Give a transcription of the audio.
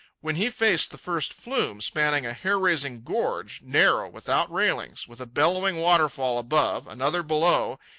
when he faced the first flume, spanning a hair-raising gorge, narrow, without railings, with a bellowing waterfall above, another below,